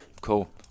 Cool